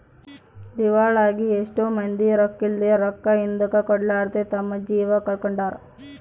ದಿವಾಳಾಗಿ ಎಷ್ಟೊ ಮಂದಿ ರೊಕ್ಕಿದ್ಲೆ, ರೊಕ್ಕ ಹಿಂದುಕ ಕೊಡರ್ಲಾದೆ ತಮ್ಮ ಜೀವ ಕಳಕೊಂಡಾರ